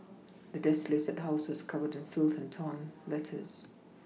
the desolated house was covered in filth and torn letters